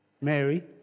Mary